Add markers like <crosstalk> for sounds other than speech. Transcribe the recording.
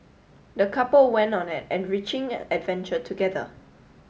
the couple went on an enriching <hesitation> adventure together